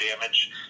damage